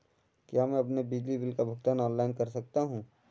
क्या मैं अपने बिजली बिल का भुगतान ऑनलाइन कर सकता हूँ?